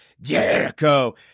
Jericho